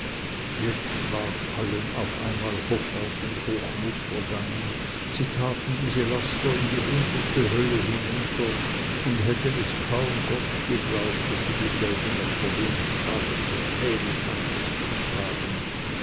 jetzt war allen auf einmal hoffart und hochmut vergangen sie taten diese laster in die unterste hölle hinunter und hätten es kaum gott geglaubt daß sie dieselben noch vor wenig tagen so schmählich an sich getragen